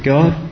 God